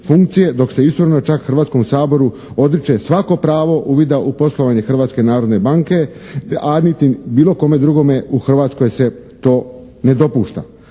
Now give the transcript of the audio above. dok se istovremeno Hrvatskom saboru odriče svako pravo uvida u poslovanje Hrvatske narodne banke a niti bilo kome drugome u Hrvatskoj se to ne dopušta.